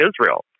Israel